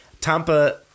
Tampa